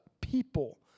people